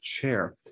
chair